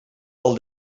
pel